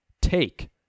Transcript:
take